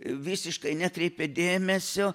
visiškai nekreipė dėmesio